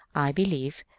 i believe,